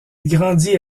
grandit